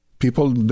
people